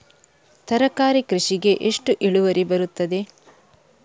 ತರಕಾರಿ ಕೃಷಿಗೆ ಎಷ್ಟು ಇಳುವರಿ ಬರುತ್ತದೆ?